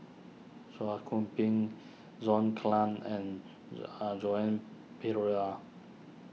Chua Khung Kim John Clang and Joan Pereira